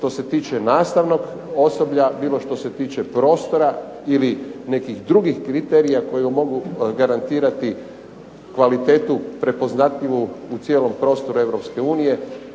što se tiče nastavnog osoblja, bilo što se tiče prostora ili nekih drugih kriterija koji mogu garantirati kvalitetu prepoznatljivu u cijelom prostoru